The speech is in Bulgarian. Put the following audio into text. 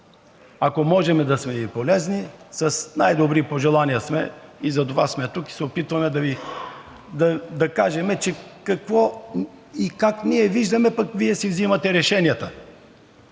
Ако можем да сме Ви полезни, сме с най-добри пожелания, затова сме тук и се опитваме да Ви кажем какво и как го виждаме, а Вие си вземате решенията.